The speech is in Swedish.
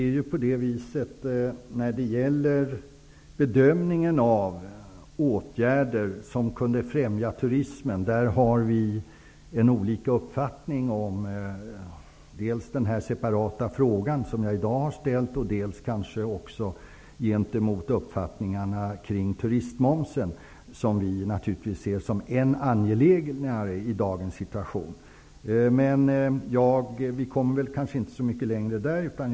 Fru talman! När det gäller bedömningen av åtgärder som skulle kunna främja turismen har vi, herr skatteminister, olika uppfattningar dels i den här separata frågan, dels kanske när det gäller turistmomsen. Denna anser vi i dag vara än angelägnare än tidigare. Vi kommer kanske inte så mycket längre i denna debatt.